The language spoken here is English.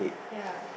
ya